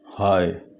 Hi